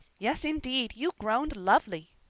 yes, indeed, you groaned lovely,